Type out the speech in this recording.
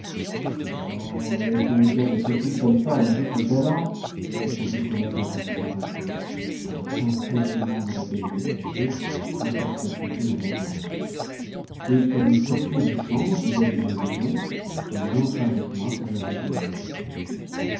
laisse donc dire des sottises comme ça à mes autres galants répondit brulette en rougissant un peu car aucun compliment ne l'avait jamais fâchée encore qu'elle se donnât l'air d'en rire et comme nous sortions du champ vis-à-vis de ma maison elle y entra avec moi pour dire bonjour à ma soeur